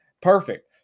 perfect